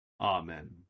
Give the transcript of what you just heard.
Amen